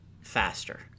faster